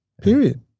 period